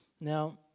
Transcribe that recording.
Now